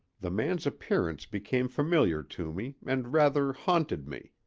the man's appearance became familiar to me, and rather haunted me.